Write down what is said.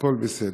והכול בסדר.